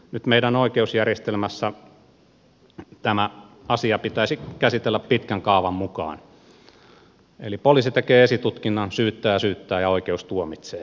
nyt meidän oikeusjärjestelmässä tämä asia pitäisi käsitellä pitkän kaavan mukaan eli poliisi tekee esitutkinnan syyttäjä syyttää ja oikeus tuomitsee